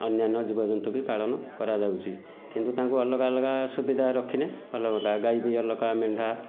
ଅନ୍ୟାନ୍ୟ ଜୀବଜନ୍ତୁ ବି ପାଳନ କରାଯାଉଛି କିନ୍ତୁ ତାଙ୍କୁ ଅଲଗା ଅଲଗା ସୁବିଧା ରଖିଲେ ଭଲ ହୁଅନ୍ତା ଗାଈ ପାଇଁ ଅଲଗା ମେଣ୍ଢା